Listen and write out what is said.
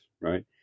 right